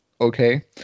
okay